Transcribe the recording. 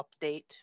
update